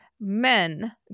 Men